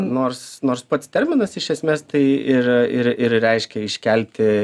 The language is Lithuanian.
nors nors pats terminas iš esmės tai yra ir ir reiškia iškelti